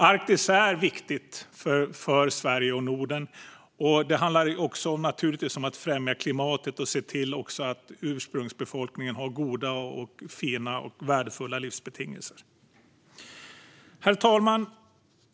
Arktis är viktigt för Sverige och Norden. Det handlar naturligtvis också om att främja klimatet och se till att ursprungsbefolkningen har goda, fina och värdefulla livsbetingelser. Herr talman!